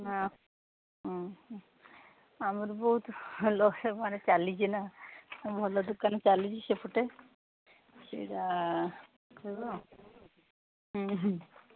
ହଁ ହଁ ଆମର ବହୁତ ଭଲ ବେପାର ଚାଲିଛି ନା ଭଲ ଦୋକାନ ଚାଲିଛି ସେପଟେ ସେଇଟା କହିବ ଉଁ ହୁଁ